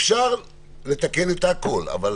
אפשר לתקן הכול, אבל